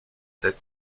sept